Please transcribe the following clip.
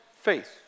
faith